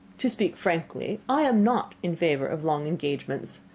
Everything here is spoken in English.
to speak frankly, i am not in favour of long engagements.